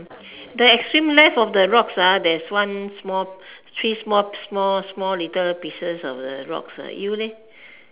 the extreme left of the rocks ah there's one small three small small small little pieces of the rocks eh you leh